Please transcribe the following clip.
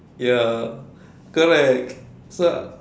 ya correct so